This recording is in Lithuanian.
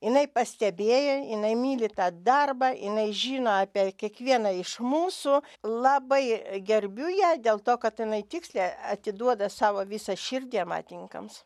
jinai pastebėjo jinai myli tą darbą jinai žino apie kiekvieną iš mūsų labai gerbiu ją dėl to kad jinai tiksliai atiduoda savo visą širdį amatininkams